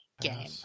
game